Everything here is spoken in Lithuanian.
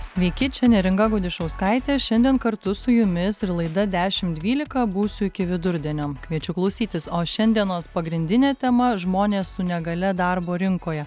sveiki čia neringa gudišauskaitė šiandien kartu su jumis ir laida dešim dvylika būsiu iki vidurdienio kviečiu klausytis o šiandienos pagrindinė tema žmonės su negalia darbo rinkoje